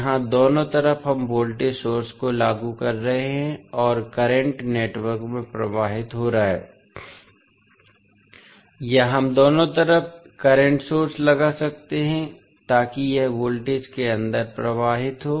यहां दोनों तरफ हम वोल्टेज सोर्स को लागू कर रहे हैं और करंट नेटवर्क में प्रवाहित हो रहा है या हम दोनों तरफ करंट सोर्स लगा सकते हैं ताकि यह नेटवर्क के अंदर प्रवाहित हो